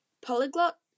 polyglot